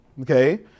okay